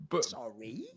Sorry